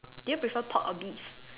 do you prefer pork or beef